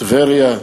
טבריה,